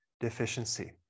deficiency